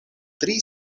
tri